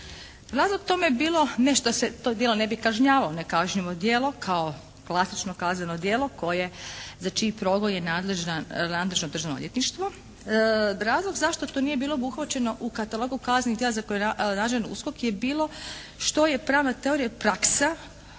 Razlog tome je bilo nešto se to djelo ne bi kažnjavala, ne kažnjivo djelo kao klasično kazneno djelo za čiji progon je nadležno državno odvjetništvo. Razlog zašto to nije bilo obuhvaćeno u katalogu kaznenih djela koji je rađen u USKOK-u je bilo što je pravna teorija i praksa